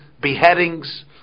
beheadings